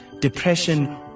depression